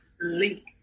leak